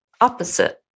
opposite